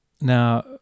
Now